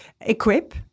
Equip